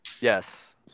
Yes